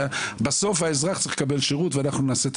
בסוף האזרח צריך לקבל שירות ואנחנו נעשה את